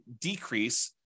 decrease